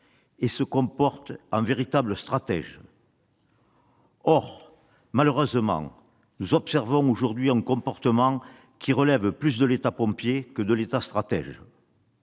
se comporte en véritable stratège. Malheureusement, nous observons aujourd'hui un comportement relevant plus de l'État pompier que de l'État stratège.